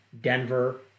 Denver